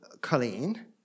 Colleen